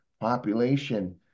population